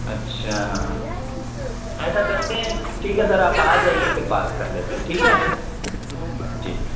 اچھا ایسا کرتے ہیں ٹھیک ہے سر آپ آجائیے پھر بات کر لیتے ہیں ٹھیک ہے ٹھیک